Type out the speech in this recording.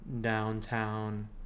downtown